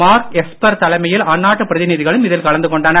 mark Esper தலைமையில் அந்நாட்டு பிரதிநிதிகளும் இதில் கலந்து கொண்டனர்